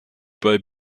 bei